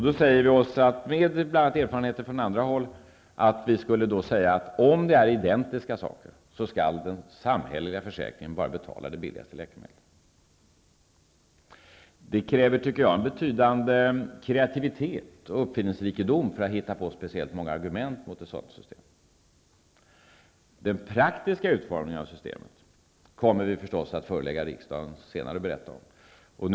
Då säger vi oss, mot bakgrund av bl.a. erfarenheter från andra håll, att om det är fråga om identiska preparat skall den samhälleliga försäkringen bara betala det billigaste läkemedlet. Att hitta på många argument mot ett sådant system kräver, tycker jag, en betydande kreativitet och uppfinningsrikedom. Den praktiska utformningen av systemet kommer vi naturligtvis att berätta om senare när vi förelägger riksdagen förslaget.